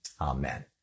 amen